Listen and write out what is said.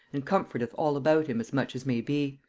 and comforteth all about him as much as may be.